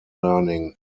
learning